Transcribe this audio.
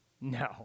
No